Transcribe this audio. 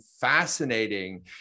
fascinating